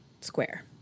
square